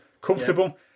comfortable